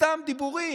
סתם דיבורים.